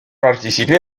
participé